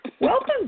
welcome